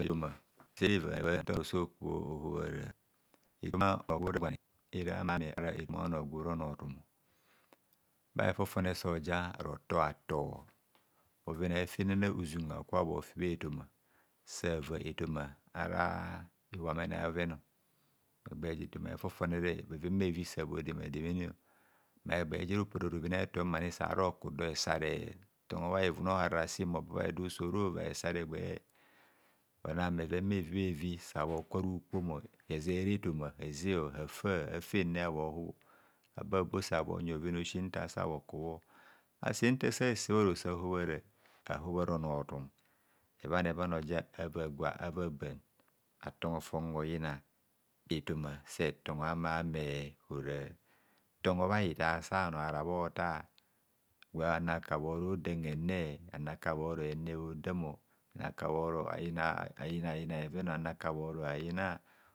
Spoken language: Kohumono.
Efoma jeva ahara retom so kubho ohohoare era aname ara efoma onor gwora onor tum. bha hefofone so ja rotor ator bhoven a'fenana izum aka bhofi bha efoma, sava etoma ara iwamene a'bhoven egbeh efoma efofone re bheven bhevi sa bho demademe ne, ma egbaje robhen a'eto ara roku dor hese re ororo ba bha hivum o- harara sin mbho ba bha hida sohoro virai hesare egbeh, ona bheven bhevi bhevi sa bho ku ara bheven ukpom ezere efoma hezoe, hafa, afenne habhohubho, ababo sa bhonyi bhoven a'osi nfa sa bhokubho nfa sa se bharoso ahobhara ahobhara onor tun ebhana bhan ntoja ava gwa aban atongho fon oyina, efoma se tongho amame hora tongho bha hitar sabhanor ara bhota anaka bhoro odam hene anaka bhoro hene hodam anka bhoro ayina yina bheven, anaka bhoro ayina.